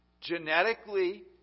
Genetically